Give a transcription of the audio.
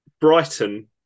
Brighton